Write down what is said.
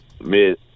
mid